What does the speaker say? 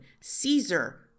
Caesar